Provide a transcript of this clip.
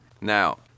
Now